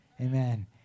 Amen